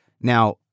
Now